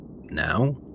now